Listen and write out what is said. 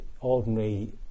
ordinary